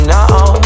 now